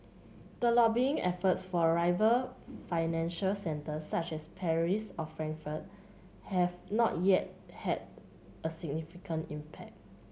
the lobbying efforts for rival financial centres such as Paris or Frankfurt have not yet had a significant impact